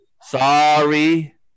Sorry